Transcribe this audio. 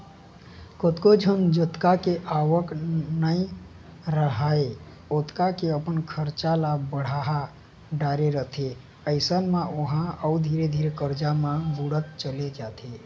कतको झन जतका के आवक नइ राहय ओतका के अपन खरचा ल बड़हा डरे रहिथे अइसन म ओहा अउ धीरे धीरे करजा म बुड़त चले जाथे